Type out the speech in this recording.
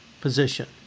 position